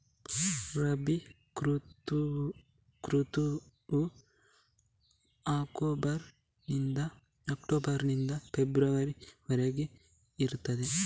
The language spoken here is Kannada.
ರಬಿ ಋತುವು ಅಕ್ಟೋಬರ್ ನಿಂದ ಫೆಬ್ರವರಿ ವರೆಗೆ ಇರ್ತದೆ